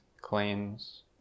claims